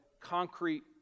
concrete